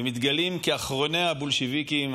ומתגלים כאחרוני הבולשביקים.